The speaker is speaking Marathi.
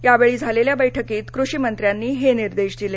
यावेळी झालेल्या बैठकीत कृषिमंत्र्यांनी हे निर्देश दिले